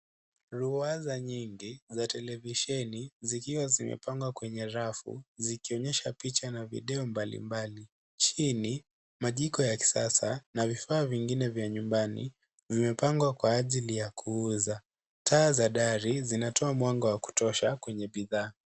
Lua nyingi za televisheni zikipangwa kwenye rafu zikionyesha picha na video mbalimbali, hii ni majiko ya kisasa na vifaa vingine vya nyumbani vimepangwa kwa hajili ya kuuza. Taa za dari zinatoa mwanga wa kutosha kwenye bidhaa.